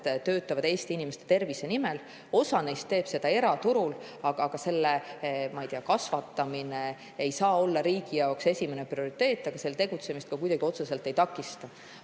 töötaksid Eesti inimeste tervise nimel. Osa neist teeb seda eraturul, aga selle, ma ei tea, kasvatamine ei saa olla riigi esimene prioriteet, kuid seal tegutsemist me kuidagi otseselt ei takista.